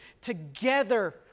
together